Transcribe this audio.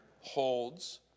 holds